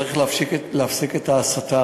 צריך להפסיק את ההסתה,